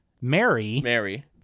Mary